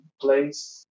place